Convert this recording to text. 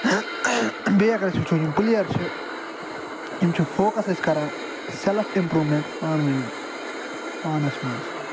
بیٚیہِ اگر أسۍ وٕچھو یِم پٕلیَر چھِ یِم چھِ فوکس اَسہِ کَران سٮ۪لٕف اِمپرٛوٗمٮ۪نٛٹ پانہٕ ؤنی پانَس منٛز